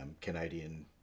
Canadian